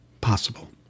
possible